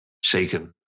shaken